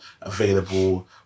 available